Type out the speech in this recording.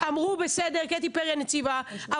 קטי פרי הנציבה,